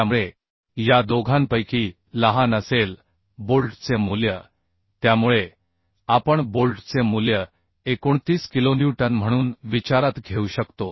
त्यामुळे या दोघांपैकी लहान असेल बोल्टचे मूल्य त्यामुळे आपण बोल्टचे मूल्य 29 किलोन्यूटन म्हणून विचारात घेऊ शकतो